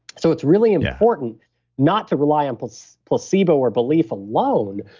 so it's really important not to rely on placebo placebo or belief alone,